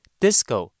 disco